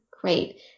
Great